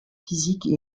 physiques